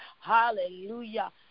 hallelujah